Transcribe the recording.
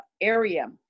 area